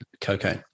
cocaine